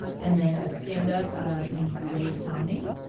and then a stand-up named rae sanni.